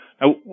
Now